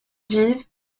vive